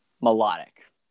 melodic